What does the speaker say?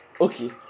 okay